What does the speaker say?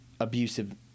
Abusive